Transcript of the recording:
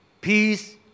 Peace